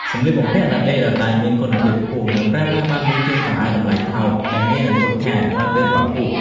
សម្លៀកបំពាក់ដែលដេរដោយដៃមានគុណភាពខ្ពស់ និងប្រើប្រាស់បានយូរជាងខោអាវតម្លៃថោកដែលងាយនឹងខូចខាតក្រោយពេលបោកគក់។